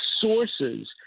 sources